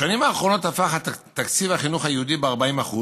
בשנים האחרונות תפח תקציב החינוך היהודי ב-40%,